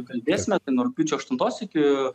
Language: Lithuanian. kalbėsime tai nuo rugpjūčio aštuntos iki